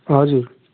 हजुर